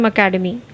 Academy